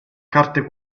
carte